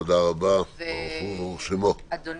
יש לי